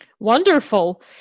Wonderful